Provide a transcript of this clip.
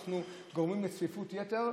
אנחנו גורמים לצפיפות יתר.